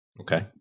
Okay